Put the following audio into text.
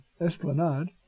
esplanade